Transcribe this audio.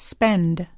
Spend